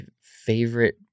favorite